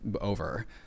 over